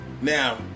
Now